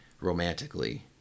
romantically